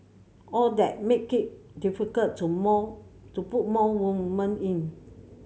all that made difficult to more to put more women in